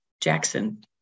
Jackson